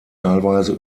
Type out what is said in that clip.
teilweise